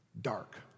Dark